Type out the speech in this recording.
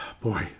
Boy